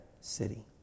city